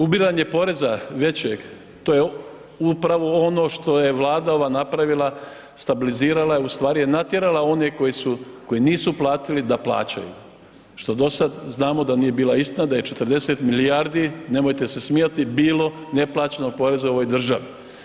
Ubiranje poreza većeg, to je upravo ono što je Vlada ova napravila, stabilizirala je, ustvari je natjerala one koji su, koji nisu platili da plaćaju, što dosad znamo da nije bila istina da je 40 milijardi, nemojte se smijati, bilo neplaćenog poreza u ovoj državi.